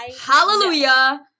Hallelujah